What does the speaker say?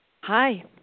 Hi